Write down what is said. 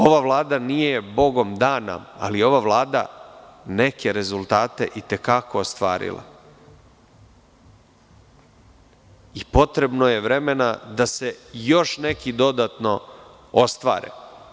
Ova Vlada nije Bogom dana, ali je ova Vlada neke rezultate itekako ostvarila i potrebno je vremena da se još neki dodatno ostvare.